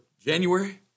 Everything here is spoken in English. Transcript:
January